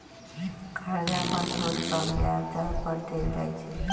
कर्जा पर छुट कम ब्याज दर पर देल जाइ छइ